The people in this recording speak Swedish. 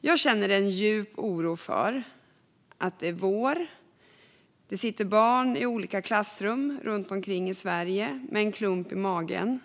Jag känner en djup oro för att det är vår och att det sitter barn i olika klassrum runt om i Sverige med en klump i magen.